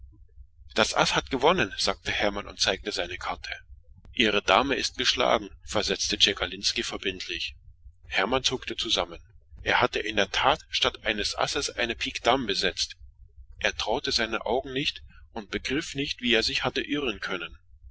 aß aß hat gewonnen sagte hermann und wies seine karte vor ihre dame ist geschlagen sagte ihm tschekalinski liebenswürdig hermann erbebte tatsächlich es war kein aß was er gesetzt hatte es war eine pique dame er wollte seinen augen nicht trauen und begriff nicht wie er eine falsche karte hatte ziehen können